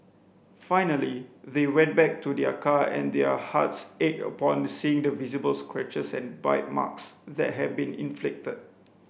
finally they went back to their car and their hearts ached upon seeing the visible scratches and bite marks that had been inflicted